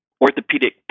orthopedic